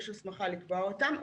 יש הסמכה לקבוע אותן.